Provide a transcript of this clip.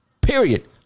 Period